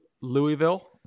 Louisville